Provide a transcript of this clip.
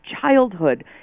childhood